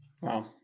Wow